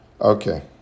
Okay